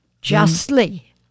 Justly